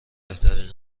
بهترین